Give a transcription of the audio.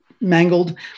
mangled